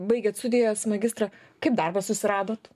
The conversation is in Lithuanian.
baigėt studijas magistrą kaip darbą susiradot